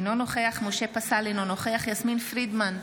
אינו נוכח משה פסל, אינו נוכח יסמין פרידמן,